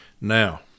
Now